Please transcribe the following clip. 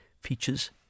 features